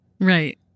Right